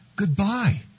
Goodbye